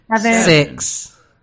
six